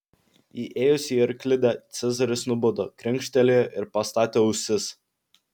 įėjus į arklidę cezaris nubudo krenkštelėjo ir pastatė ausis